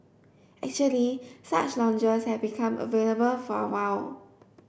actually such lounges have been available for a while